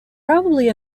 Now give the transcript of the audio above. probably